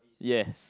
yes